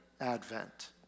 advent